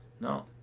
No